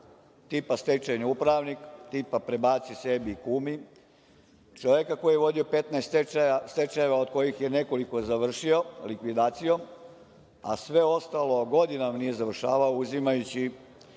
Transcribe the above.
tipa stečajni upravnik, tipa prebaci sebi i kumi, čoveka koji je vodio 15 stečajeva od kojih je nekoliko završilo likvidacijom, a sve ostalo godinama nije završavao, uzimajući